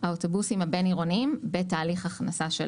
האוטובוסים הבין-עירוניים בתהליך הכנסה.